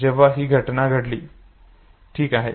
जेव्हा ही घटना घडली ठीक आहे